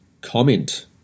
comment